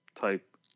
type